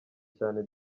cyane